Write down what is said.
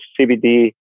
CBD